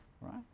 right